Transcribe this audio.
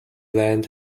land